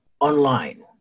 online